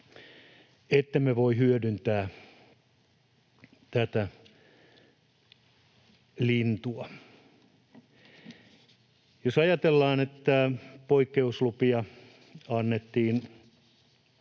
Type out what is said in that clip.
ettemme voi hyödyntää tätä lintua. Jos ajatellaan, että poikkeuslupia annettiin